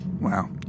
wow